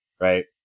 right